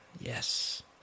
yes